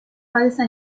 falsa